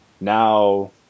now